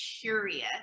curious